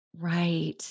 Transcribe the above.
Right